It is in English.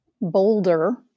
boulder